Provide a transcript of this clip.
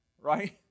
Right